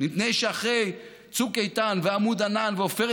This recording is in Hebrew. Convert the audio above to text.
מפני שאחרי צוק איתן ועמוד ענן ועופרת